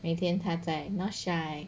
每天他在 not shy